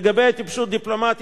לגבי טיפשות דיפלומטית,